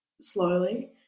slowly